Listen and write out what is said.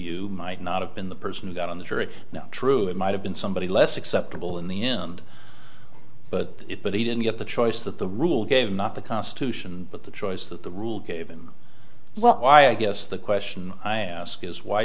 you might not have been the person who got on the jury true it might have been somebody less acceptable in the end but but he didn't get the choice that the rule gave not the constitution but the choice that the rule gave him well i guess the question i ask is why